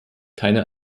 keine